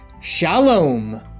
Shalom